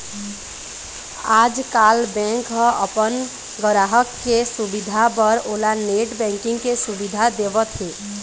आजकाल बेंक ह अपन गराहक के सुबिधा बर ओला नेट बैंकिंग के सुबिधा देवत हे